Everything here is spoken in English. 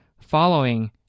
following